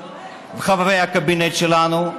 של חברי הקבינט שלנו.